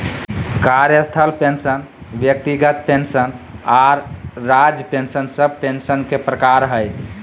कार्यस्थल पेंशन व्यक्तिगत पेंशन आर राज्य पेंशन सब पेंशन के प्रकार हय